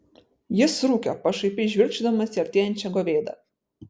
jis rūkė pašaipiai žvilgčiodamas į artėjančią govėdą